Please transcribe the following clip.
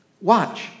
Watch